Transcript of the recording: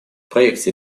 проекте